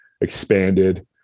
expanded